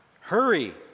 Hurry